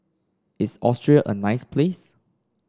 is Austria a nice place